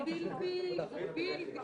על נדבקים.